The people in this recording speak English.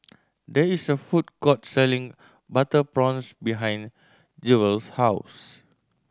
there is a food court selling butter prawns behind Jewel's house